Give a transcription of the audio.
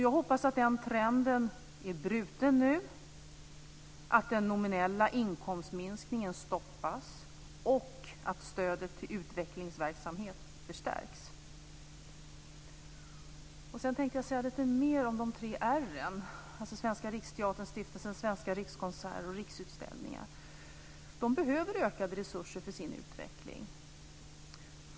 Jag hoppas att den trenden nu är bruten, att den nominella inkomstminskningen stoppas och att stödet till utvecklingsverksamhet förstärks. Sedan tänkte jag säga lite mer om de tre R:n, alltså Svenska riksteatern, Stiftelsen Svenska Rikskonserter och Riksutställningar. De behöver ökade resurser för sin utveckling.